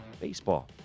baseball